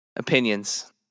Opinions